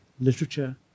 literature